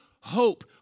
hope